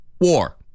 War